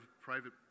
Private